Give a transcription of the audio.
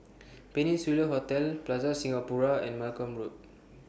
Peninsula Hotel Plaza Singapura and Malcolm Road